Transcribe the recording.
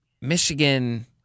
Michigan –